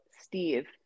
steve